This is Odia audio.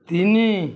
ତିନି